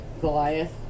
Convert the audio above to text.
Goliath